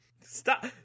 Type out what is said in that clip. Stop